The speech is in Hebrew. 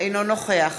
אינו נוכח